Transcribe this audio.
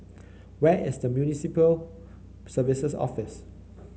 where is Municipal Services Office